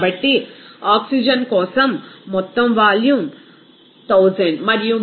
కాబట్టి ఆక్సిజన్ కోసం మొత్తం వాల్యూమ్ 1000 మరియు మోల్ ఫ్రాక్షన్ 0